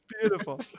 Beautiful